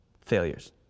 failures